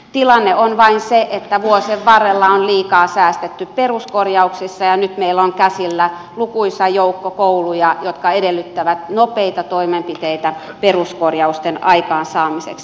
tilanne vain on se että vuosien varrella on liikaa säästetty peruskorjauksissa ja nyt meillä on käsillä lukuisa joukko kouluja jotka edellyttävät nopeita toimenpiteitä peruskorjausten aikaansaamiseksi